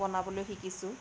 বনাবলৈ শিকিছোঁ